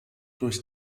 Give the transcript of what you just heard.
durch